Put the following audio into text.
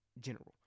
general